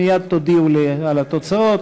מייד תודיעו לי על התוצאות.